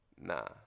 Nah